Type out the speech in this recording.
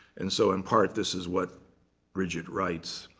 and so in part this is what bridget writes,